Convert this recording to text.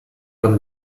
from